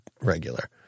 regular